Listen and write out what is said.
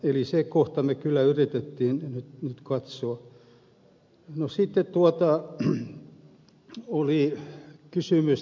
eli sen kohdan me kyllä yritimme nyt katsoa